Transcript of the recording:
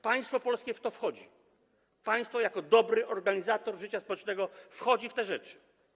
Państwo polskie w to wchodzi, państwo jako dobry organizator życia społecznego wchodzi w te rzeczy.